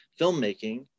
filmmaking